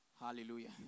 Hallelujah